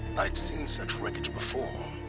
i had seen such wreckage before.